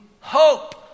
hope